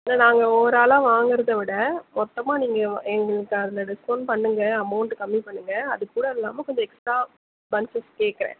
இல்லை நாங்கள் ஒவர் ஆலாக வாங்குறத விட மொத்தமாக நீங்கள் எங்களுக்கு அதில் டிஸ்கவுண்ட் பண்ணுங்க அமௌண்ட்டு கம்மி பண்ணுங்கள் அது கூட இல்லாமல் கொஞ்சம் எக்ஸ்ட்ரா பன்ச்சஸ் கேக்குறேன்